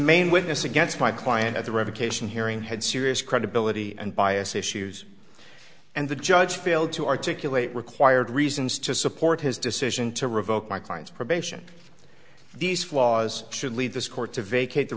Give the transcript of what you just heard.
main witness against my client at the revocation hearing had serious credibility and bias issues and the judge failed to articulate required reasons to support his decision to revoke my client's probation these flaws should lead this court to vacate the